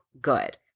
good